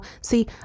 see